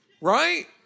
Right